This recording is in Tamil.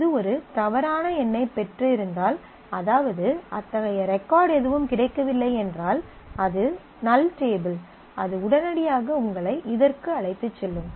இது ஒரு தவறான எண்ணைப் பெற்றிருந்தால் அதாவது அத்தகைய ரெகார்ட் எதுவும் கிடைக்கவில்லை என்றால் அது நல் டேபிள் அது உடனடியாக உங்களை இதற்கு அழைத்துச் செல்லும்